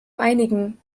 einigen